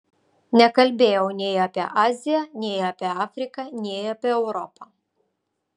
nekalbėjau nei apie aziją nei apie afriką nei apie europą